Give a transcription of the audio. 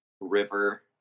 river